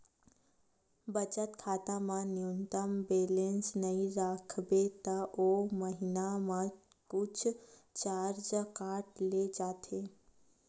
बचत खाता म न्यूनतम बेलेंस नइ राखबे त ओ महिना म कुछ चारज काट ले जाथे